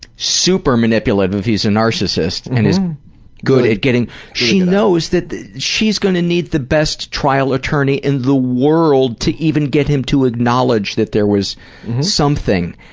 super manipulative if he's a narcissist, and he's good at getting she knows that she's going to need the best trial attorney in the world to even get him to acknowledge that there was something,